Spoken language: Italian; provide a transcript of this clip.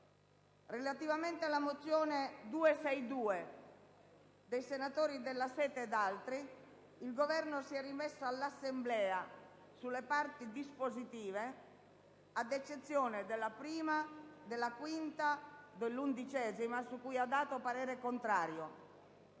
Relativamente alla mozione n. 262, dei senatori Della Seta ed altri, il Governo si è rimesso all'Assemblea sul dispositivo, ad eccezione del primo, del quinto e dell'undicesimo capoverso, su cui ha espresso parere contrario.